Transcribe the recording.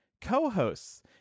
co-hosts